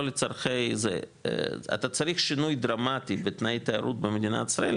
אתה צריך שינויי דרמטי בתנאי תיירות במדינת ישראל,